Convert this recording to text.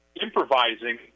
improvising